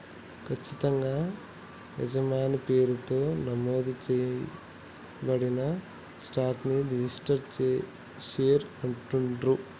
ఖచ్చితంగా యజమాని పేరుతో నమోదు చేయబడిన స్టాక్ ని రిజిస్టర్డ్ షేర్ అంటుండ్రు